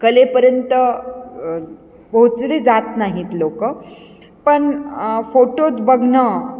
कलेपर्यंत पोहोचले जात नाहीत लोक पण फोटोत बघणं